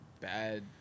bad